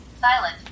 silent